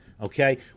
Okay